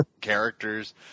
characters